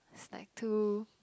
is like too